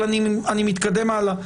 אבל אני מתקדם הלאה.